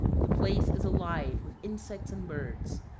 the place is alive with insects and birds.